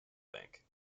bank